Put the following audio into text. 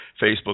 Facebook